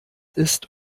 ist